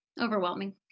overwhelming